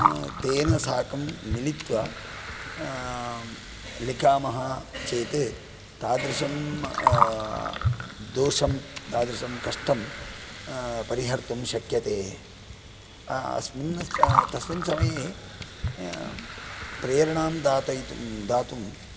तेन साकं मिलित्वा लिखामः चेत् तादृशं दोषं तादृशं कष्टं परिहर्तुं शक्यते अस्मिन् तस्मिन् समये प्रेरणां दातयितुं दातुं